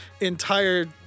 entire